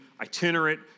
itinerant